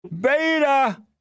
beta